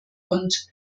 und